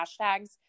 hashtags